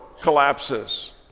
collapses